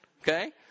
Okay